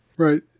Right